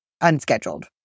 unscheduled